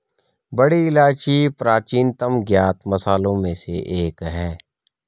बड़ी इलायची प्राचीनतम ज्ञात मसालों में से एक है